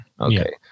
Okay